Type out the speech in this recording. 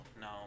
No